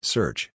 Search